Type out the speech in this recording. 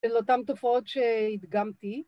‫אל אותם תופעות שהדגמתי.